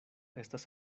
estas